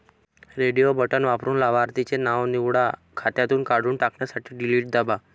radio बटण वापरून लाभार्थीचे नाव निवडा, खात्यातून काढून टाकण्यासाठी डिलीट दाबा